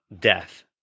death